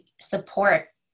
support